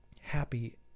happy